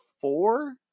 four